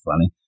funny